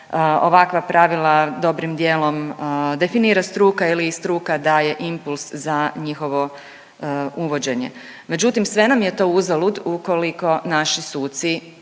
ovakva pravila dobrim dijelom definira struka ili i struka daje impuls za njihovo uvođenje. Međutim, sve nam je to uzalud ukoliko naši suci